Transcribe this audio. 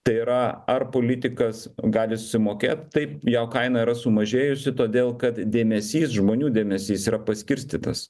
tai yra ar politikas gali susimokėt taip jo kaina yra sumažėjusi todėl kad dėmesys žmonių dėmesys yra paskirstytas